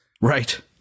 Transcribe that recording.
Right